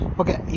okay